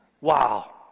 Wow